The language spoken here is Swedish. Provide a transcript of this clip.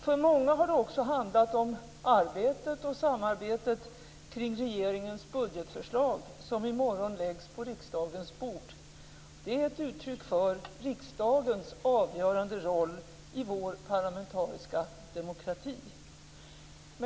För många har det också handlat om arbetet och samarbetet kring regeringens budgetförslag, som i morgon läggs på riksdagens bord - ett uttryck för riksdagens avgörande roll i vår parlamentariska demokrati.